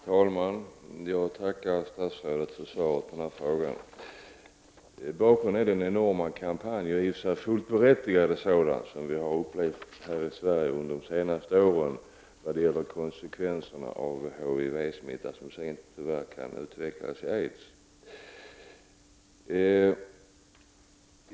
Herr talman! Jag tackar statsrådet för svaret på min fråga. Bakgrunden är den enorma, i och för sig fullt berättigade, kampanj som vi har upplevt i Sverige under de senaste åren när det gäller konsekvenserna av HIV-smitta, som sedan tyvärr kan utvecklas till aids.